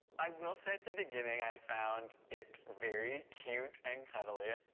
i will say at the beginning i found it very cute and cuddly. ah